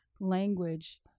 language